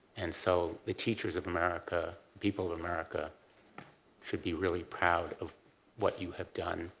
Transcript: and so, the teachers of america, people of america should be really proud of what you have done.